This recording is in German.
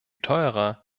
teurer